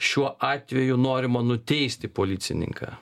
šiuo atveju norima nuteisti policininką